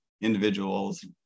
individuals